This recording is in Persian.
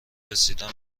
رسیدن